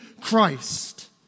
Christ